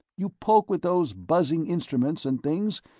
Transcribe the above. you poke with those buzzing instruments and things,